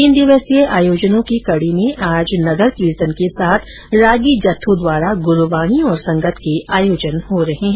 तीन दिवसीय आयोजनों की कडी में आज नगर कीर्तन के साथ रागी जत्थों द्वारा गुरूवाणी और संगत के आयोजन हो रहे है